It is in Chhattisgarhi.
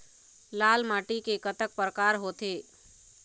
लाल माटी के कतक परकार होथे?